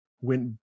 went